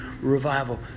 revival